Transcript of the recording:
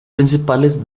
principales